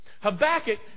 Habakkuk